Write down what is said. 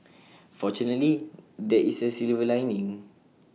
fortunately there is A silver lining